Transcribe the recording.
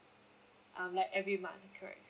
uh like every month correct